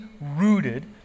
rooted